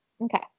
Okay